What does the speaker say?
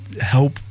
help